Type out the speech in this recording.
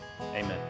Amen